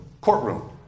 courtroom